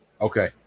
Okay